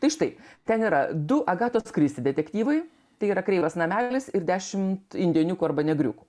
tai štai ten yra du agatos kristi detektyvai tai yra kreivas namelis ir dešimt indėniukų arba negriukų